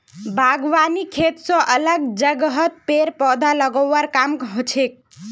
बागवानी खेत स अलग जगहत पेड़ पौधा लगव्वार काम हछेक